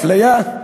זו אפליה,